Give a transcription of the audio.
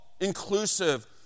inclusive